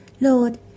Lord